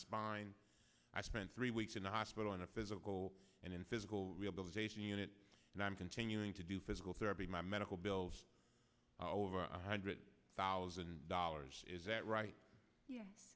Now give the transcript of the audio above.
spine i spent three weeks in a hospital in a physical and in physical rehabilitation unit and i'm continuing to do physical therapy my medical bills over one hundred thousand dollars is that